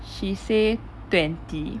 she say twenty